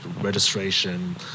registration